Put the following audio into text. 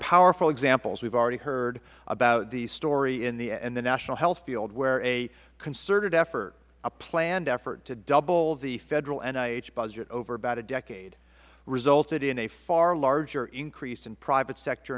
powerful examples we have already heard about the story in the national health field where a concerted effort a planned effort to double the federal nih budget over about a decade resulted in a far larger increase in private sector